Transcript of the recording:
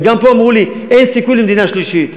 וגם פה אמרו לי: אין סיכוי למדינה שלישית.